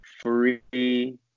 Free